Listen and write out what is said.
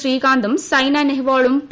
ശ്രീകാന്തും സൈന നെഹ്വാളും പി